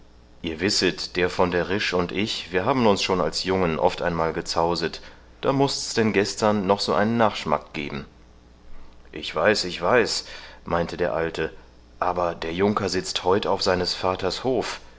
ihr wisset der von der risch und ich wir haben uns schon als jungen oft einmal gezauset da mußt's denn gestern noch so einen nachschmack geben ich weiß ich weiß meinte der alte aber der junker sitzt heut auf seines vaters hof